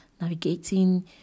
navigating